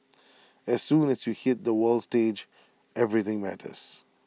as soon as you hit the world stage everything matters